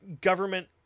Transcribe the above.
government